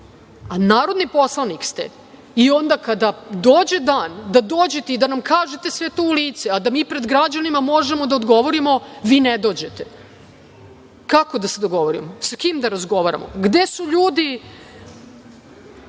a narodni poslanik ste. Onda, kada dođe dan da dođete i da nam kažete sve to u lice, a da mi pred građanima možemo da odgovorimo, vi ne dođete. Kako da se dogovorimo? Sa kim da razgovaramo? Gde su ljudi